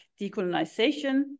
decolonization